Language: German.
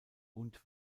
und